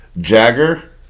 Jagger